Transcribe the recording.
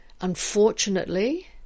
Unfortunately